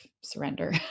surrender